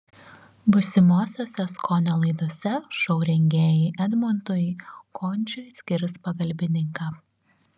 būsimosiose skonio laidose šou rengėjai edmundui končiui skirs pagalbininką